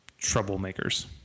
troublemakers